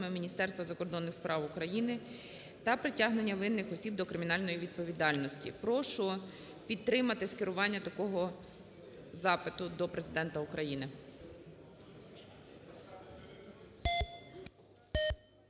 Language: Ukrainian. Міністерства закордонних справ України та притягнення винних осіб до кримінальної відповідальності. Прошу підтримати скерування такого запиту до Президента України.